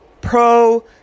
pro